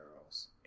girls